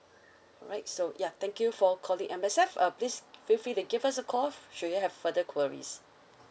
alright so ya thank you for calling M_S_F uh please feel free to give us a call should you have further queries